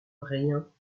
rien